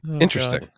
Interesting